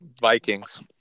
Vikings